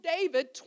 David